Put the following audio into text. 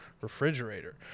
refrigerator